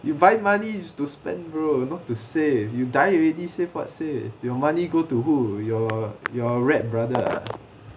you buy money is to spend bro not to save you die already save what save your money go to who your your rat brother ah